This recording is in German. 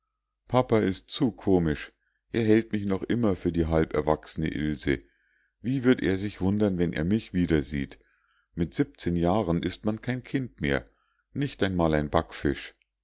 papa ist zu komisch er hält mich noch immer für die halberwachsene ilse wie wird er sich wundern wenn er mich wiedersieht mit siebzehn jahren ist man kein kind mehr nicht einmal ein backfisch